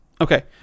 okay